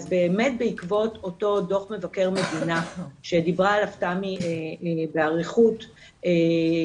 אז באמת בעקבות אותו דוח מבקר מדינה שדיברה עליו תמי באריכות מקודם,